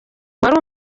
wari